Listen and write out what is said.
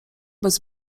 bez